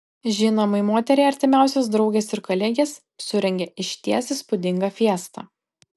žinomai moteriai artimiausios draugės ir kolegės surengė išties įspūdingą fiestą